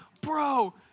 Bro